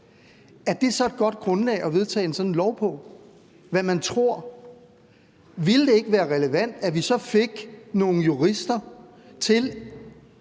Er det et godt grundlag at vedtage et sådant lovforslag på – hvad man tror? Ville det ikke være relevant, at vi så fik nogle jurister til